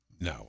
No